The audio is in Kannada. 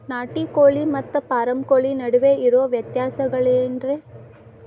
ನಾಟಿ ಕೋಳಿ ಮತ್ತ ಫಾರಂ ಕೋಳಿ ನಡುವೆ ಇರೋ ವ್ಯತ್ಯಾಸಗಳೇನರೇ?